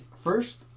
first